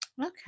Okay